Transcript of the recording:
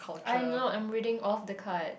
I'm not I'm reading off the card